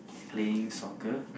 playing soccer